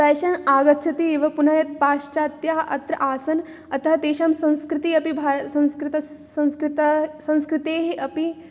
fashion आगच्छति एव पुनः पाश्चात्याः अत्र आसन् अतः तेषां संस्कृतिः अपि भारत् संस्कृतस्य संस्कृत् संस्कृतेः अपि